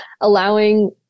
allowing